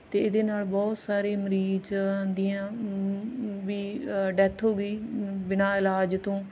ਅਤੇ ਇਹਦੇ ਨਾਲ ਬਹੁਤ ਸਾਰੇ ਮਰੀਜ਼ਾਂ ਦੀਆਂ ਵੀ ਡੈੱਥ ਹੋ ਗਈ ਬਿਨਾਂ ਇਲਾਜ ਤੋਂ